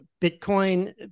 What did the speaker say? bitcoin